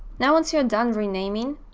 now, once you're done renaming,